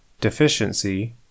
Deficiency